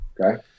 Okay